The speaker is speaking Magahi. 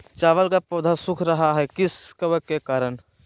चावल का पौधा सुख रहा है किस कबक के करण?